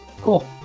Cool